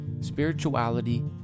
spirituality